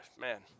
man